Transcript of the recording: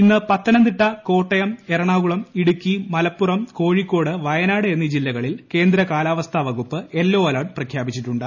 ഇന്ന് പത്തനംതിട്ട കോട്ടയം എറ്ണാകുളം ഇടുക്കി മലപ്പുറം കോഴിക്കോട് വയനാട് എന്നും ജില്ലകളിൽ കേന്ദ്ര കാലാവസ്ഥ വകുപ്പ് യെല്ലോ അലേർട്ട് പ്രഖ്യാപിച്ചിട്ടുണ്ട്